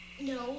No